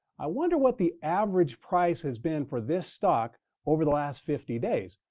i wonder what the average price has been for this stock over the last fifty days.